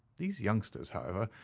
these youngsters, however,